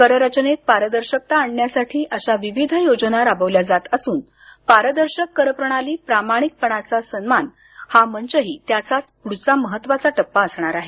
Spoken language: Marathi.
कर रचनेत पारदर्शकता आणण्यासाठी अशा विविध योजना राबवल्या जात असून पारदर्शक करप्रणाली प्रामाणिकपणाचा सन्मान हा मंचही त्याचाच पुढचा महत्त्वाचा टप्पा असणार आहे